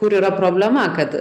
kur yra problema kad